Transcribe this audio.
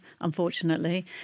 unfortunately